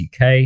UK